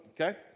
okay